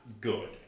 good